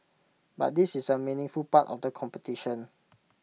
but this is A meaningful part of the competition